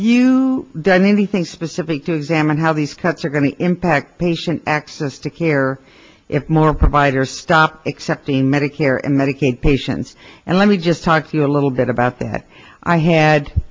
you done anything specific to examine how these cuts are going to impact patient access to care if more providers stop accepting medicare and medicaid patients and let me just talk to you a little bit about that i had